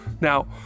Now